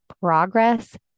Progress